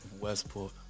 Westport